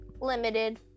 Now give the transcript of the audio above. Limited